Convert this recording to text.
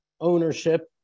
ownership